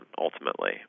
ultimately